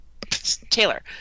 Taylor